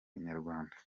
inyarwanda